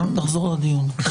תחזור לדיון.